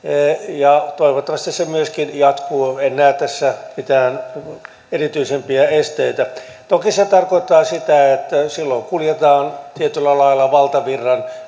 ja toivottavasti se se myöskin jatkuu en näe tässä mitään erityisempiä esteitä toki se tarkoittaa sitä että silloin kuljetaan tietyllä lailla valtavirran